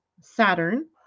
Saturn